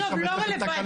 עזוב, זה לא רלוונטי.